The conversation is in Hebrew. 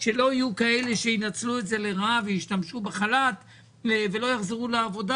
שלא יהיו כאלה שינצלו את זה לרעה וישתמשו בחל"ת ולא יחזרו לעבודה